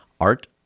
Art